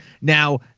Now